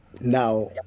Now